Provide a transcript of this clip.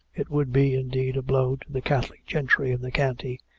it would be, indeed, a blow to the catholic gentry of the county,